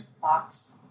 box